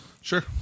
Sure